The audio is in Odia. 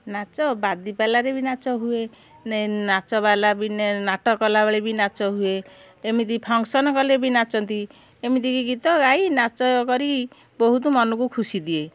ନାଚ ବାଦୀ ପାଲାରେ ବି ନାଚ ହୁଏ ନାଚ ବାଲା ବି ନାଟ କଲାବେଳେ ବି ନାଚ ହୁଏ ଯେମିତି ଫଙ୍କଶନ୍ ଗଲେ ବି ନାଚନ୍ତି ଏମିତିକି ଗୀତ ଗାଇ ନାଚ କରି ବହୁତ ମନକୁ ଖୁସି ଦିଏ